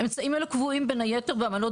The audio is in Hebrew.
אמצעים אלה קבועים בין היתר באמנות